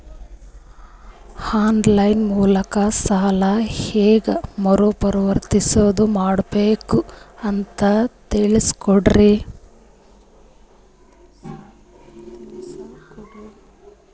On line ಮೂಲಕ ಸಾಲ ಹೇಂಗ ಮರುಪಾವತಿ ಮಾಡಬೇಕು ಅಂತ ತಿಳಿಸ ಕೊಡರಿ?